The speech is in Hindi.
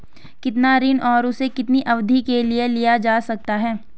कितना ऋण और उसे कितनी अवधि के लिए लिया जा सकता है?